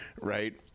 right